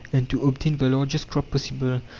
and to obtain the largest crop possible.